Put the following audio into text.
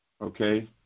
okay